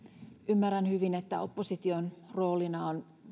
ymmärrän hyvin että opposition roolina on